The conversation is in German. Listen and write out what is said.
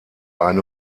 eine